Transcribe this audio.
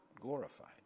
glorified